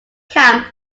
camp